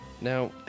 Now